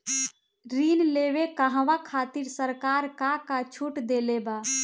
ऋण लेवे कहवा खातिर सरकार का का छूट देले बा?